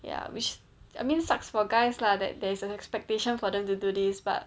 ya which I mean sucks for guys lah that there's an expectation for them to do this but